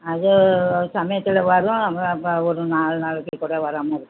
அது சமயத்தில் வரும் ம ப ஒரு நாலு நாளைக்குக் கூட வராமல் இருக்கும்